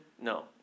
no